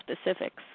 specifics